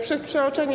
Przez przeoczenie.